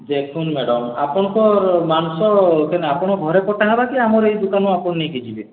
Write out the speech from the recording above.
ଦେଖନ୍ତୁ ମ୍ୟାଡ଼ାମ୍ ଆପଣଙ୍କର ମାଂସ କେନ୍ ଆପଣ ଘରେ କଟା ହବା କି ଆମର ଏଇ ଦୁକାନ୍ରୁ ଆପଣ ନେଇକି ଯିବେ